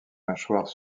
mâchoires